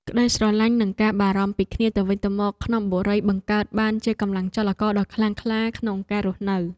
ក្តីស្រឡាញ់និងការបារម្ភពីគ្នាទៅវិញទៅមកក្នុងបុរីបង្កើតបានជាកម្លាំងចលករដ៏ខ្លាំងក្លាក្នុងការរស់នៅ។